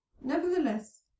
nevertheless